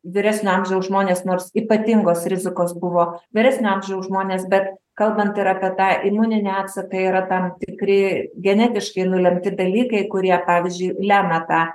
vyresnio amžiaus žmonės nors ypatingos rizikos buvo vyresnio amžiaus žmonės bet kalbant ir apie tą imuninį atsaką yra tam tikri genetiškai nulemti dalykai kurie pavyzdžiui lemia tą